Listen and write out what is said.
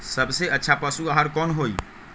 सबसे अच्छा पशु आहार कोन हई?